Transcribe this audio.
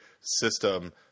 system